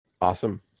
Awesome